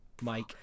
Mike